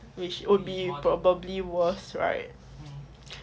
which would be probably worse right